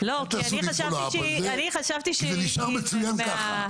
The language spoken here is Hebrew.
אל תעשו לי follow up על זה כי זה נשאר מצוין ככה.